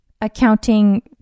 accounting